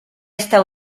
esta